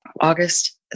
August